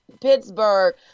Pittsburgh